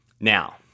Now